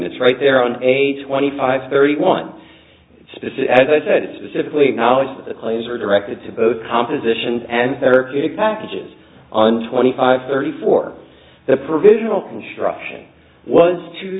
it's right there on a twenty five thirty one specific as i said specifically knowledge of the laser directed to both compositions and therapeutic packages on twenty five thirty four the provisional construction was two